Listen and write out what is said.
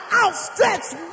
outstretched